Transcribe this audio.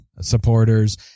supporters